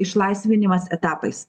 išlaisvinimas etapais